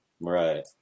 Right